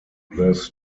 this